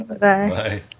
Bye